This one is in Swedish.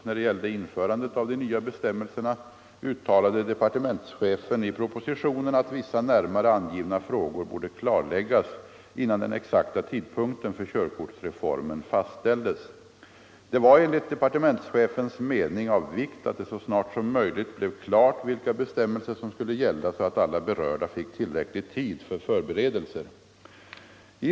När det gällde införandet av de nya bestämmelserna uttalade departementschefen i propositionen att vissa närmare angivna frågor borde klarläggas innan den exakta tidpunkten för körkortsreformen fastställdes. Det var enligt departementschefens mening av vikt att det så snart som möjligt blev klart vilka bestämmelser som skulle gälla så att alla berörda fick tillräcklig tid för förberedelser.